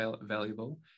valuable